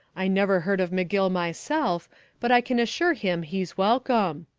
i never heard of mcgill myself but i can assure him he's welcome.